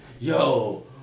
Yo